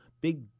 big